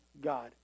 God